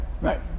right